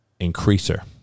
increaser